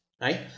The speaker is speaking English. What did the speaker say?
right